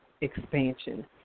expansion